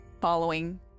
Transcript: following